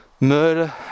murder